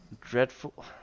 Dreadful